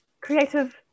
creative